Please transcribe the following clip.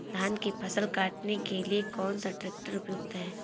धान की फसल काटने के लिए कौन सा ट्रैक्टर उपयुक्त है?